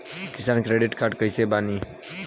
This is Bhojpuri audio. किसान क्रेडिट कार्ड कइसे बानी?